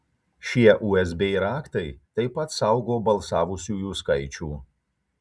šie usb raktai taip pat saugo balsavusiųjų skaičių